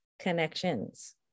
connections